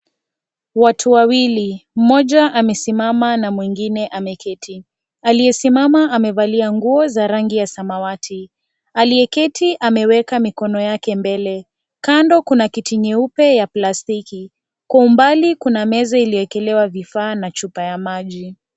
Watu wawili. Moja amesimama na mwengine ameketi. Aliyesimama amevalia nguo za rangi ya samawati aliyeketi ameweka mikono yake mbele. Kando Kuna kiti nyeupe ya plastic . Kwa umbali kuna meza imewekelewa vifaa na chupa ya maji.